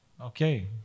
Okay